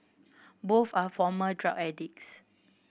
both are former drug addicts